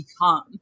become